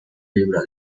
libro